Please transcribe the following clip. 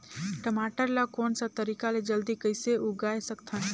टमाटर ला कोन सा तरीका ले जल्दी कइसे उगाय सकथन?